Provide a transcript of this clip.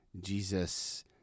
Jesus